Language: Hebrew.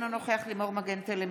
אינו נוכח לימור מגן תלם,